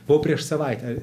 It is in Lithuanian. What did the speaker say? buvau prieš savaitę